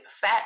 fat